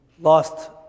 lost